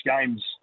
game's